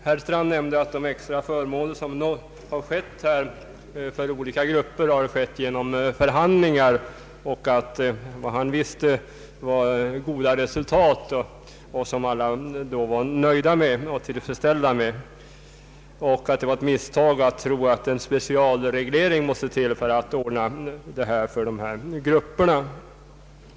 Herr Strand nämnde att de extra förmåner som uppnåtts för olika grupper har vunnits genom förhandlingar, att det enligt vad han kände till var ett gott resultat som alla var nöjda och tillfredsställda med och att det var ett misstag att tro att en speciell reglering måste till för att ordna förhållandena för dessa grupper.